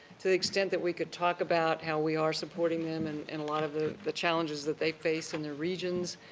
to the extent that we could talk about how we are supporting them, and and a lot of the the challenges that they face in the regions,